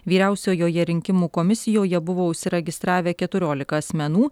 vyriausiojoje rinkimų komisijoje buvo užsiregistravę keturiolika asmenų